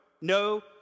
No